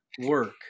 work